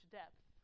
depth